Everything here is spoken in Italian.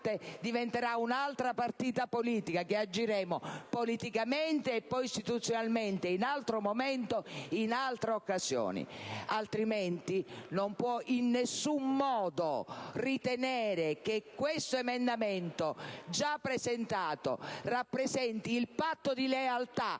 diventerà un'altra partita politica, che agiremo politicamente e poi istituzionalmente, in altro momento e in altra occasione. Altrimenti, esso non può in nessun modo ritenere che questo emendamento, già presentato, rappresenti il patto di lealtà